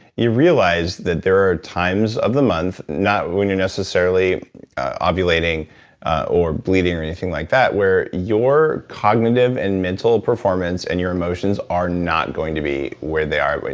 you realize that there are times of the month, not when you're necessarily ah ovulating or bleeding or anything like that, where your cognitive and mental performance, and your emotions, are not going to be where they are.